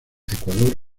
ecuador